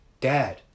dad